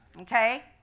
Okay